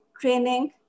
training